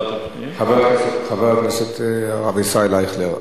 חבר הכנסת הרב ישראל אייכלר,